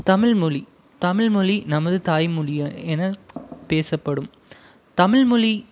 தமிழ் மொழி தமிழ் மொழி நமது தாய் மொழியா என பேசப்படும் தமிழ் மொழி